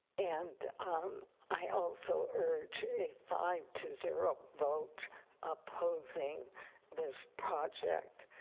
and i also urge a five to zero vote opposing this project.